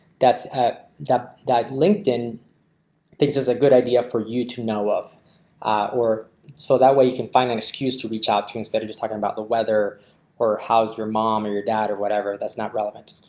that's that that linkedin things as a good idea for you to know of or so that way you can find an excuse to reach out to instead of just talking about the weather or how's your mom or your dad or whatever that's not relevant.